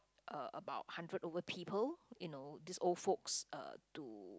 uh about hundred over people you know these old folks uh to